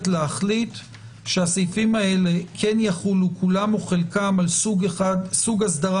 היכולת להחליט שהסעיפים הללו כן יחולו כולם או חלקם על סוג אסדרה